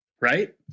Right